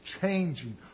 changing